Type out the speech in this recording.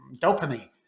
dopamine